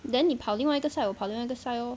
then 你跑另外一个 side 我跑另外一个 side lor